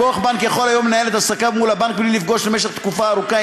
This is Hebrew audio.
לקוח בנק יכול היום לנהל את עסקיו מול הבנק בלי לפגוש למשך תקופה ארוכה,